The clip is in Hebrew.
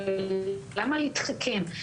למה להתחכם?